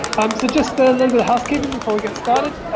um so just a little bit of housekeeping before we get started.